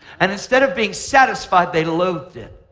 and instead of being satisfied, they loathed it.